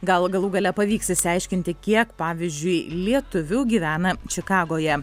gal galų gale pavyks išsiaiškinti kiek pavyzdžiui lietuvių gyvena čikagoje